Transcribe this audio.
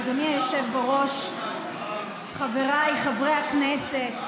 אדוני היושב-ראש, חבריי חברי הכנסת,